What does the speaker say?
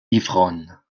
ivrogne